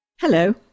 Hello